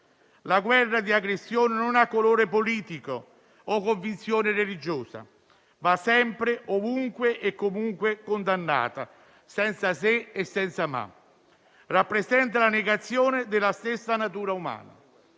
La guerra di aggressione non ha colore politico o convinzione religiosa. Va sempre, ovunque e comunque condannata, senza se e senza ma. Rappresenta la negazione della stessa natura umana.